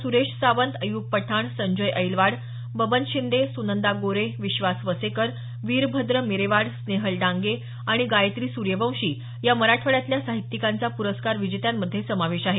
सुरेश सावंत अय्यूब पठाण संजय ऐलवाड बबन शिंदे सुनंदा गोरे विश्वास वसेकर वीरभद्र मिरेवाड स्नेहल डांगे आणि गायत्री सूर्यवंशी या मराठवाड्यातल्या साहित्यिकांचा पुरस्कार विजेत्यांमध्ये समावेश आहे